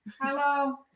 Hello